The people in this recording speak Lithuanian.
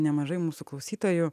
nemažai mūsų klausytojų